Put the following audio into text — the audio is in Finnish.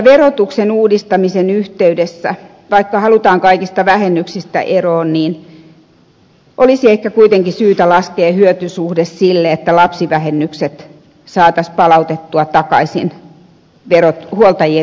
verotuksen uudistamisen yhteydessä vaikka halutaan kaikista vähennyksistä eroon olisi ehkä kuitenkin syytä laskea hyötysuhde sille että lapsivähennykset saataisiin palautettua takaisin huoltajien verotukseen